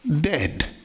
dead